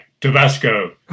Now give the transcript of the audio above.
Tabasco